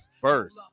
first